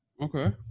Okay